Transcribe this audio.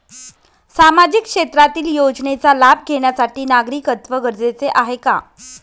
सामाजिक क्षेत्रातील योजनेचा लाभ घेण्यासाठी नागरिकत्व गरजेचे आहे का?